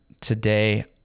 today